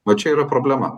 va čia yra problema